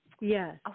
Yes